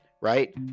right